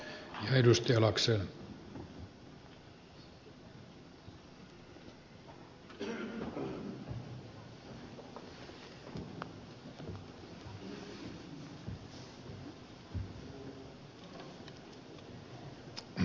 arvoisa herra puhemies